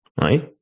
right